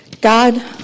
God